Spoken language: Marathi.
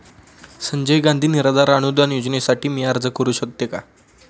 संजय गांधी निराधार अनुदान योजनेसाठी मी अर्ज करू शकते का?